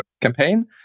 campaign